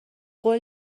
قول